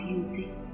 using